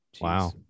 wow